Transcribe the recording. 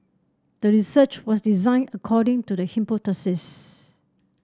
the research was designed according to the hypothesis